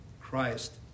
Christ